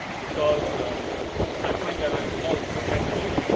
because um i find that i have a lot of potential,